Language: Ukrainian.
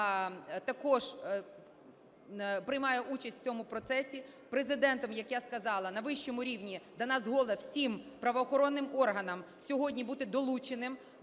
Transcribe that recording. також приймає участь в цьому процесі. Президентом, як я сказала, на вищому рівні дана згода всім правоохоронним органам сьогодні бути долученим